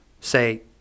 say